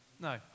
no